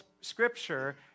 scripture